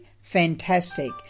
Fantastic